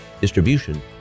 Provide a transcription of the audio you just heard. distribution